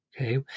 Okay